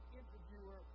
interviewer